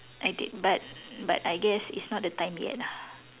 I did but but I guess it's not the time yet ah